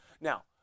Now